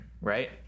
right